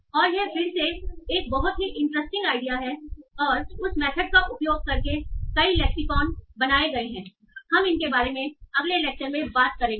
और यह फिर से एक बहुत ही इंटरेस्टिंग आइडिया है और उस मेथड का उपयोग करके कई लेक्सिकॉन बनाए गए हैं और हम इनके बारे में अगले लेक्चर में बात करेंगे